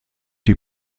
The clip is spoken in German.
die